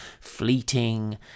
fleeting